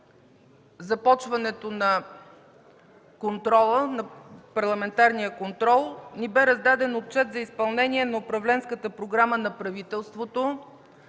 започването на парламентарния контрол, ни бе раздаден Отчет за изпълнение на управленската програма на правителството